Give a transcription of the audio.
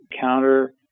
counter